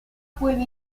puede